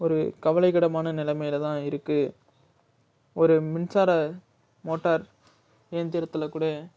ஒரு கவலைக்கிடமான நிலைமையில தான் இருக்கு ஒரு மின்சார மோட்டார் இயந்திரத்தில் கூட